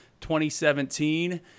2017